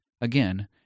Again